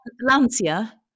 Lancia